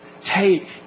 Take